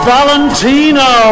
Valentino